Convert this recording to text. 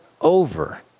over